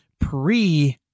pre-